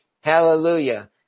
Hallelujah